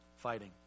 fighting